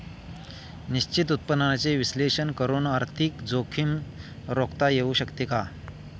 निश्चित उत्पन्नाचे विश्लेषण करून आर्थिक जोखीम रोखता येऊ शकते का?